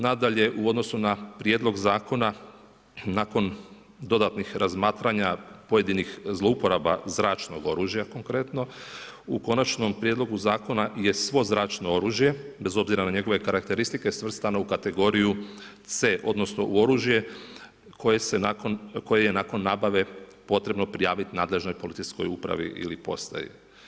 Nadalje u odnosu na Prijedlog zakona nakon dodatnih razmatranja pojedinih zlouporaba zračnog oružja konkretno u Konačnom prijedlogu zakona je svo zračno oružje bez obzira na njegove karakteristike svrstano u kategoriju C odnosno u oružje koje je nakon nabave potrebno prijaviti nadležnoj policijskoj upravi ili postaji.